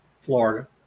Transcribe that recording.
Florida